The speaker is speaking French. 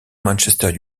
manchester